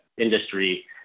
industry